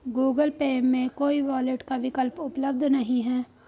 Google Pay में कोई wallet का विकल्प उपलब्ध नहीं है